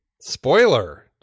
Spoiler